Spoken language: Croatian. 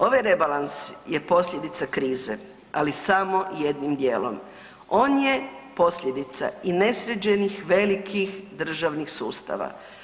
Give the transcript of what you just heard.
Ovaj rebalans je posljedica krize, ali samo jednim dijelom, on je posljedica i nesređenih velikih državnih sustava.